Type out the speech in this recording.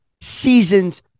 season's